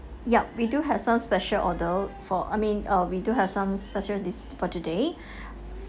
yup we do have some special order for I mean uh we do have some special dish for today